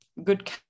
good